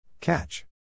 Catch